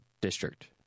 district